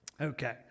Okay